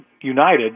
United